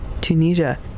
Tunisia